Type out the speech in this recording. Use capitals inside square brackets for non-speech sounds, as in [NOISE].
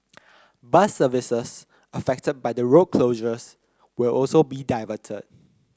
[NOISE] bus services affected by the road closures will also be diverted